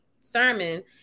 Sermon